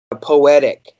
poetic